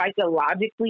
psychologically